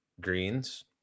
greens